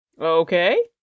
Okay